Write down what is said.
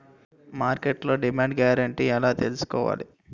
మార్కెట్లో demand guarantee ఎలా తెల్సుకోవాలి?